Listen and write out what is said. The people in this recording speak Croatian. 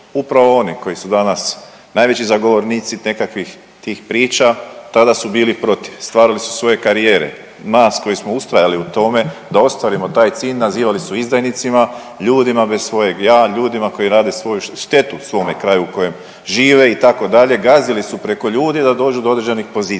Upravo oni koji su danas najveći zagovornici nekakvih tih priča tada su bili protiv, stvarali su svoje karijere. Nas koji smo ustrajali u tome da ostvarimo taj cilj nazivali su izdajnicima, ljudima bez svojeg ja, ljudima koji rade svoju, štetu u svome kraju u kojem žive itd., gazili su preko ljudi da dođu do određenih pozicija.